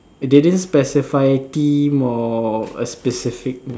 they didn't specify theme or a specific music